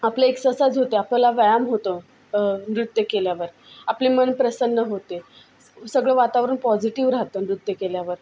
आपले एक्सरसाईझ होते आपला व्यायाम पण होतो नृत्य केल्यावर आपले मन प्रसन्न होते सगळं वातावरण पॉझिटीव्ह राहतं नृत्य केल्यावर